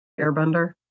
Airbender